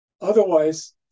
otherwise